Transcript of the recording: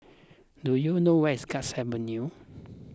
do you know where is Guards Avenue